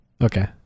Okay